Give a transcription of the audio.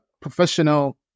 professional